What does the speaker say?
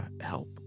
help